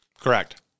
Correct